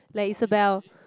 like Isabelle